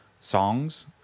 songs